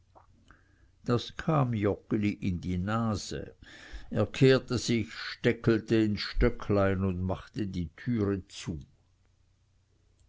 das kam joggeli in die nase er kehrte sich steckelte ins stöcklein und machte die türe zu